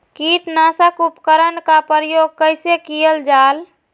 किटनाशक उपकरन का प्रयोग कइसे कियल जाल?